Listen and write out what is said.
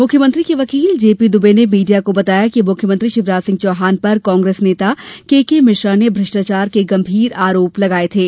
मुख्यमंत्री के वकील जेपीदुबे ने मीडिया को बताया कि मुख्यमंत्री शिवराज सिंह चौहान पर कांग्रेस नेता केके मिश्रा ने भ्रेष्टाचार के गम्भीर आरोप लगाये थे